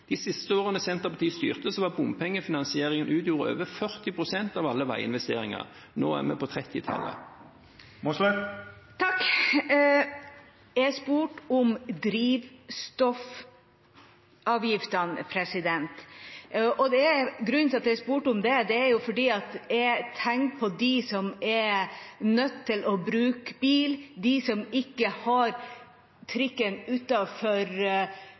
De siste årene Senterpartiet styrte, utgjorde bompengefinansieringen over 40 pst. av alle veginvesteringer. Nå er vi på 30-tallet. Jeg spurte om drivstoffavgiftene, og grunnen til at jeg spurte om det, er at jeg tenker på dem som er nødt til å bruke bil, de som ikke har trikken